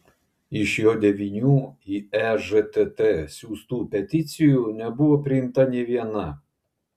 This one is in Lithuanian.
iš jo devynių į ežtt siųstų peticijų nebuvo priimta nė viena